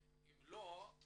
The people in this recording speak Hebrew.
אם לא,